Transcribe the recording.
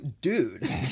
Dude